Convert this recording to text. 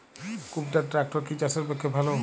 কুবটার ট্রাকটার কি চাষের পক্ষে ভালো?